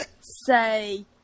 say